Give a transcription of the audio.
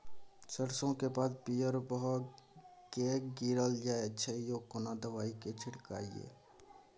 सरसो के पात पीयर भ के गीरल जाय छै यो केना दवाई के छिड़कीयई?